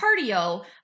cardio